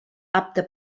apte